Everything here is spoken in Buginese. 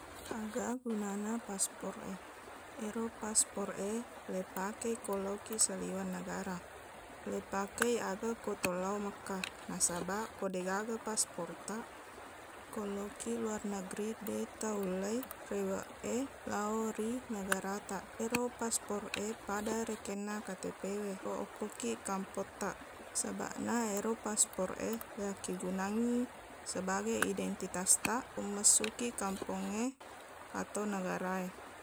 Aga gunana paspor e ero paspor e leipake ko laokiq saliweng nagara leipake aga ko tolao mekkah nasabaq ko deqgaga pasportaq ko lokiq luar negri deq taullei reweq e lao ri negarataq ero paspor e pada rekenna ktp we ko okkokiq kampottaq sabaqna ero paspor e leiakkigunangngi sebagai identitastaq ko messukkiq kampongnge atau negara e